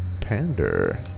PANDER